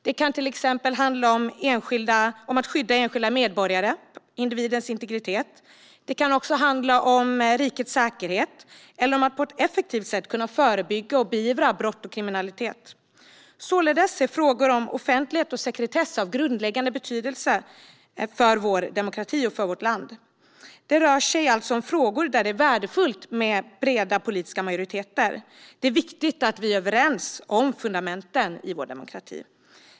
Det kan till exempel handla om att skydda enskilda medborgare, alltså individens integritet. Det kan också handla om rikets säkerhet eller om att på ett effektivt sätt kunna förebygga och beivra brott och kriminalitet. Således är frågor om offentlighet och sekretess av grundläggande betydelse för vår demokrati och för vårt land. Det rör sig alltså om frågor där det är värdefullt med breda politiska majoriteter. Det är viktigt att vi är överens om fundamenten i vår demokrati.